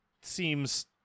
seems